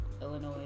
Illinois